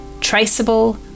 traceable